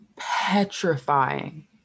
Petrifying